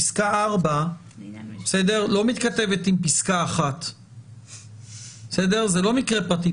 פסקה 4 לא מתכתב עם פסקה 1. זה לא מקרה פרטי.